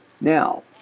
Now